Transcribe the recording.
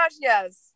yes